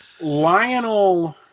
Lionel